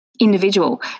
individual